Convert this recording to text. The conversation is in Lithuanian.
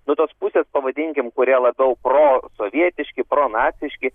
nu tos pusės pavadinkim kurie labiau prosovietiški pronaciški